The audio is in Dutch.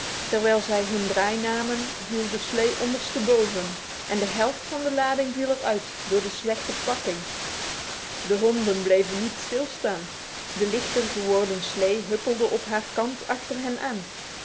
terwijl zij hun draai namen viel de slee ondersteboven en de helft van de lading viel er uit door de slechte pakking de honden bleven niet stilstaan de lichter geworden slee huppelde op haar kant achter hen